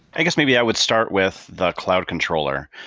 i guess, maybe i would start with the cloud controller,